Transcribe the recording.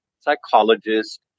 psychologist